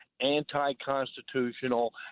anti-constitutional